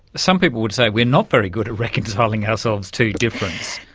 some people would say we're not very good at reconciling ourselves to difference.